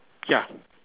ya